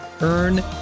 Earn